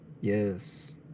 Yes